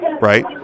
right